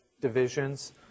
divisions